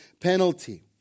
penalty